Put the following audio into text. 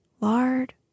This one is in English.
lard